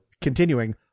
continuing